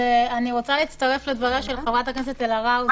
אני רוצה להצטרף לדבריה של חברת הכנסת אלהרר.